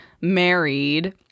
married